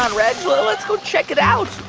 on, reg. let's go check it out